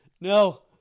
no